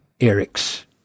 Eric's